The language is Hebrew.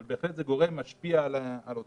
אבל זה בהחלט גורם משפיע על ההרתעה.